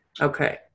Okay